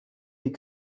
die